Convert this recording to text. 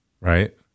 Right